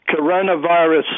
coronavirus